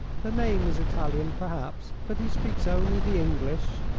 the name is italian, perhaps but he speaks only the english,